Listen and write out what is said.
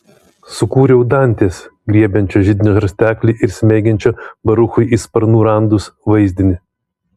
sukūriau dantės griebiančio židinio žarsteklį ir smeigiančio baruchui į sparnų randus vaizdinį